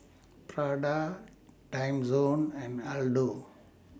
Prada Timezone and Aldo